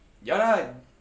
ya lah